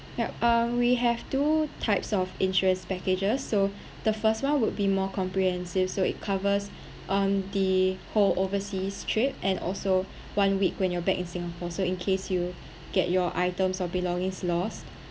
yup um we have two types of insurance packages so the first one would be more comprehensive so it covers um the whole overseas trip and also one week when you're back in singapore so in case you get your items or belongings lost